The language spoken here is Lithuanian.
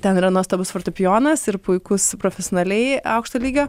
ten yra nuostabus fortepijonas ir puikus profesionaliai aukšto lygio